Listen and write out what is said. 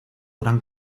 gran